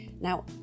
Now